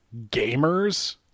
gamers